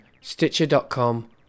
stitcher.com